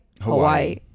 Hawaii